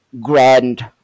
grand